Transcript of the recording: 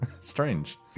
strange